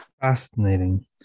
Fascinating